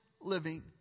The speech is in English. living